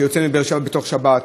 שיוצא מבאר-שבע בתוך השבת,